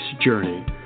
journey